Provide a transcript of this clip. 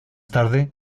tarde